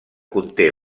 conté